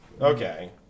Okay